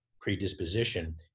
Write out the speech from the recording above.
predisposition